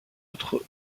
autre